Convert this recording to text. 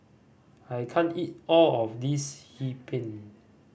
I can't eat all of this Hee Pan